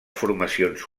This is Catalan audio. formacions